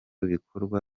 bikorwa